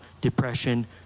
depression